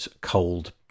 cold